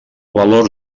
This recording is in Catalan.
valor